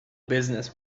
business